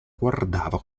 guardava